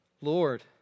Lord